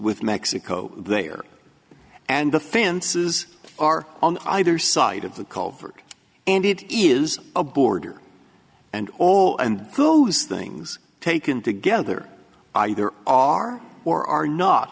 with mexico there and the fences are on either side of the culvert and it is a border and all and those things taken together either are or are not